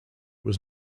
was